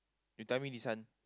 you tell me this one